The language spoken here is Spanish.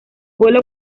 pueblo